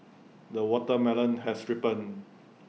the watermelon has ripened